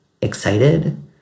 excited